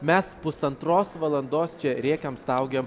mes pusantros valandos čia rėkiam staugiam